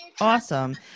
Awesome